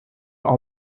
all